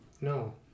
No